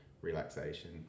relaxation